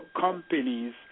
companies